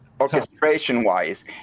orchestration-wise